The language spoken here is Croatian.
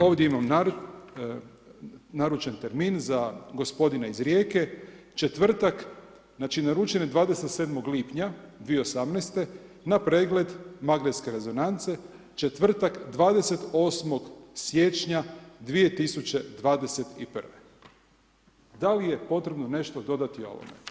Ovdje imam naručen termin za gospodina iz Rijeke, četvrtak, znači naručen je 27. lipnja 2018. na pregled magnetne rezonance, četvrtak 28, siječnja 2021., dali je potrebno nešto dodati ovome?